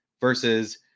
versus